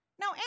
Now